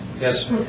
Yes